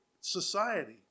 society